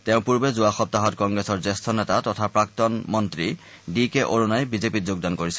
তেওঁৰ পূৰ্বে যোৱা সপ্তাহত কংগ্ৰেছৰ জ্যেষ্ঠ নেতা তথা প্ৰাক্তন মন্ত্ৰী ডি কে অৰুণাই বিজেপিত যোগদান কৰিছিল